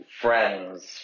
Friends